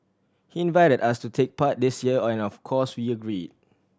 he invited us to take part this year and of course we agreed